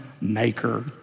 maker